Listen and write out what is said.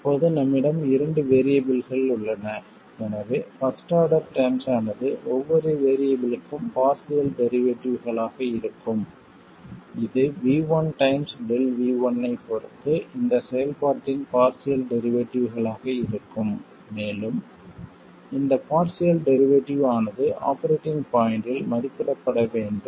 இப்போது நம்மிடம் இரண்டு வேறியபிள்கள் உள்ளன எனவே பர்ஸ்ட் ஆர்டர் டெர்ம்ஸ் ஆனது ஒவ்வொரு வேறியபிள்க்கும் பார்சியல் டெரிவேட்டிவ்களாக இருக்கும் இது V1 டைம்ஸ் Δ V1 ஐப் பொறுத்து இந்த செயல்பாட்டின் பார்சியல் டெரிவேட்டிவ்களாக இருக்கும் மேலும் இந்த பார்சியல் டெரிவேட்டிவ் ஆனது ஆபரேட்டிங் பாய்ண்ட்டில் மதிப்பிடப்பட வேண்டும்